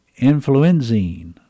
Influenzine